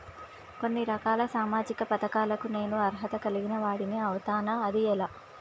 కొన్ని రకాల సామాజిక పథకాలకు నేను అర్హత కలిగిన వాడిని అవుతానా? అది ఎలా?